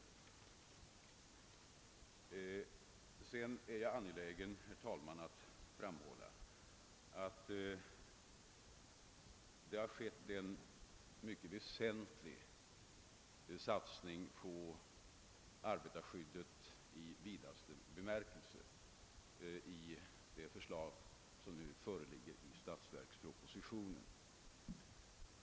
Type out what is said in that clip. Vidare är jag angelägen, herr talman, att framhålla att det har skett en mycket väsentlig satsning på arbetarskyddet i vidaste bemärkelse i de förslag som nu föreligger i statsverkspropositionen.